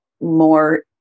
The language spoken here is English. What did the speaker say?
more